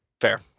Fair